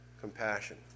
Compassion